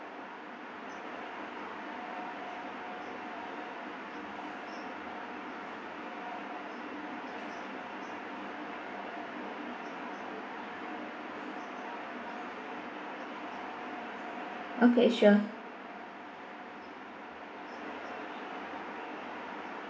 okay sure